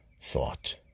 thought